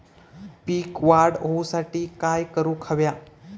पीक वाढ होऊसाठी काय करूक हव्या?